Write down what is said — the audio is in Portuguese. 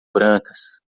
brancas